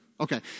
Okay